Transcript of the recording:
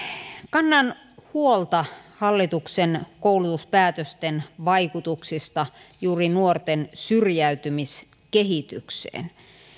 kannan huolta hallituksen koulutuspäätösten vaikutuksista juuri nuorten syrjäytymiskehitykseen